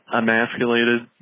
emasculated